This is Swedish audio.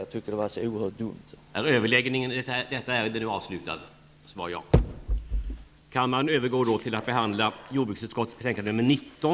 Jag tycker att vad Annika Åhnberg sade var så oerhört dumt.